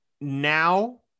now